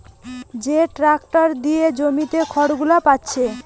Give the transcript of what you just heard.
যে ট্যাক্টর দিয়ে জমিতে খড়গুলো পাচ্ছে